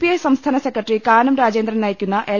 I സംസ്ഥാന secretary Kanam Rajendran നയി ക്കുന്ന എൽ